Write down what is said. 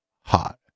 hot